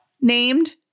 named